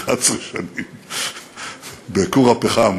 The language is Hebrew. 11 שנים בכור הפחם,